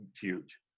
huge